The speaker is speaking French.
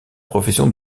profession